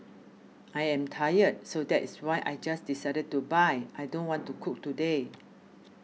I am tired so that's why I just decided to buy I don't want to cook today